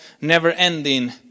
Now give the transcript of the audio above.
never-ending